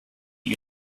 you